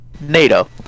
NATO